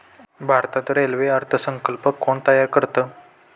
भारतात रेल्वे अर्थ संकल्प कोण तयार करतं?